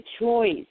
choice